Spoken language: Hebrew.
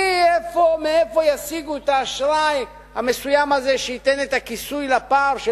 מאיפה ישיגו את האשראי המסוים הזה שייתן את הכיסוי לפער של